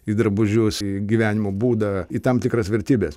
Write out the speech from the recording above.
į drabužius į gyvenimo būdą į tam tikras vertybes